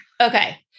Okay